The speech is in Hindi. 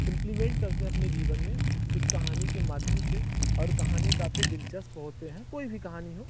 इम्प्लीमेंट करते हैं अपने जीवन में उस कहानी के मध्यम से और कहानी काफ़ी दिलचप्स होती है कोई भी कहानी हो